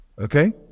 Okay